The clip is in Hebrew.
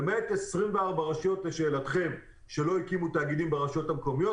ולמעט 124 רשויות שלא הקימו תאגידים ברשויות המקומיות